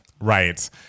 Right